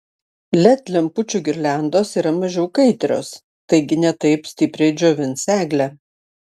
led lempučių girliandos yra mažiau kaitrios taigi ne taip stipriai džiovins eglę